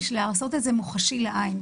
בשביל לעשות את זה מוחשי לעין,